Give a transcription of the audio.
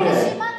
רשימת המתנה,